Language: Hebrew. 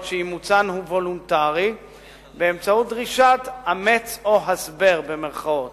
שאימוצן הוא וולונטרי באמצעות דרישת "אמץ או הסבר".